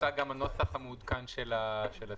יוצג גם הנוסח המעודכן של הסעיף.